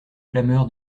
clameur